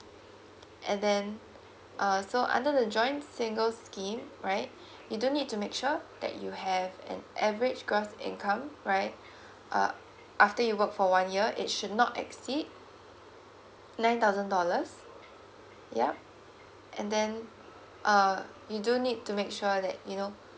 and then uh so under the joints singles scheme right you don't need to make sure that you have an average gross income right uh after you work for one year it should not exceed nine thousand dollars yup and then uh you do need to make sure that you know